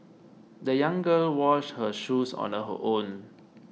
the young girl washed her shoes on her own